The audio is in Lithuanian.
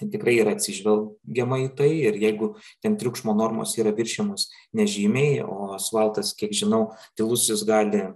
tai tikrai yra atsižvelgiama į tai ir jeigu ten triukšmo normos yra viršijamos nežymiai o asfaltas kiek žinau tylusis gali